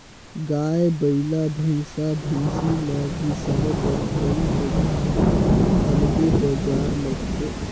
गाय, बइला, भइसा, भइसी ल बिसाए बर कइ जघा म अलगे बजार लगथे